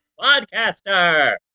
podcaster